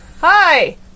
Hi